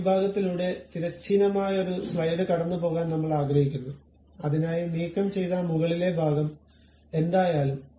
ആ വിഭാഗത്തിലൂടെ തിരശ്ചീനമായ ഒരു സ്ലൈസ് കടന്നുപോകാൻ നമ്മൾ ആഗ്രഹിക്കുന്നു അതിനായി നീക്കംചെയ്ത മുകളിലെ ഭാഗം എന്തായാലും